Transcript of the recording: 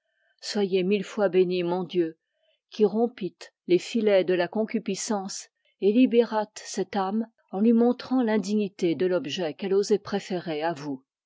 soyez mille fois béni mon dieu qui rompistes les filets de la concupiscence et libérastes cette âme en luy montrant l'indignité de l'objet qu'elle osoit préférer à vous